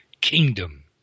kingdom